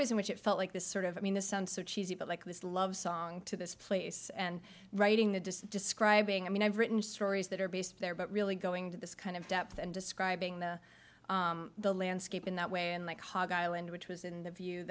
ways in which it felt like this sort of i mean this sounds so cheesy but like this love song to this place and writing the disk describing i mean i've written stories that are based there but really going to this kind of depth and describing the the landscape in that way and like hog island which was in the view